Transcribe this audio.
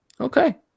Okay